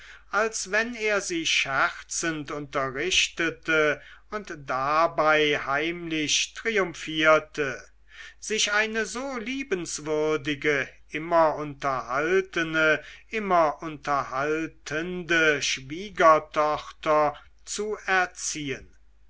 als wenn er sie scherzend unterrichtete und dabei heimlich triumphierte sich eine so liebenswürdige immer unterhaltene immer unterhaltende schwiegertochter zu erziehen